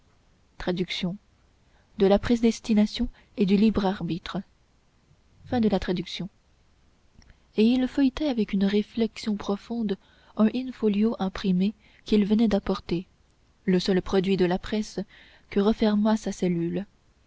arbitrio et il feuilletait avec une réflexion profonde un in-folio imprimé qu'il venait d'apporter le seul produit de la presse que renfermât sa cellule